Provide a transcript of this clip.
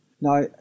Now